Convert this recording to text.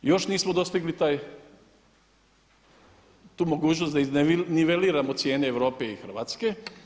Još nismo dostigli taj, tu mogućnost da izniveliramo cijene Europe i Hrvatske.